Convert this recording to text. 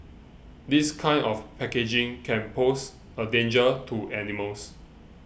this kind of packaging can pose a danger to animals